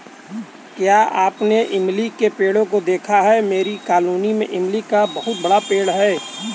क्या आपने इमली के पेड़ों को देखा है मेरी कॉलोनी में इमली का बहुत बड़ा पेड़ है